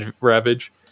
Ravage